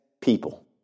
people